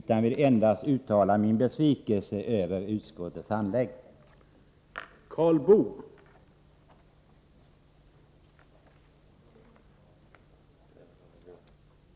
Jag vill endast uttala min besvikelse över utskottets handläggning av frågan.